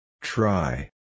Try